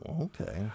okay